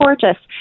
gorgeous